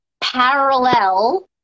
parallel